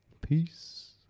Peace